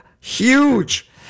Huge